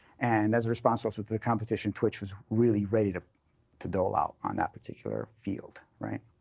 and as a response also to the competition, twitch was really ready to to dole out on that particular field, right?